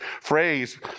phrase